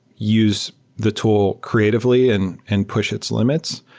use the tool creatively and and push its limits.